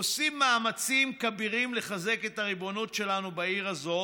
עושים מאמצים כבירים לחזק את הריבונות שלנו בעיר הזאת,